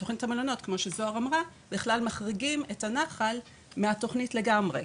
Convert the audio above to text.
בתוכנית המלונות כמו שזוהר אמרה בכלל מחריגים את הנחל מהתוכנית לגמרי.